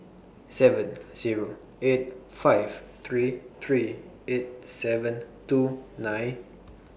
seven Zero eight five three three eight seven two nine